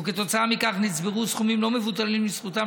וכתוצאה מכך נצברו סכומים לא מבוטלים לזכותם